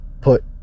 put